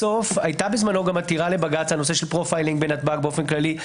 בסוף הייתה עתירה לבג"ץ על הנושא של פרופיילינג בנתב"ג באופן כללי.